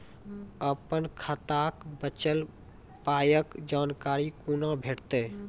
अपन खाताक बचल पायक जानकारी कूना भेटतै?